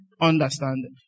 understanding